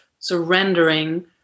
surrendering